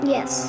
Yes